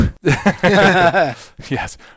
Yes